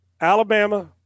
Alabama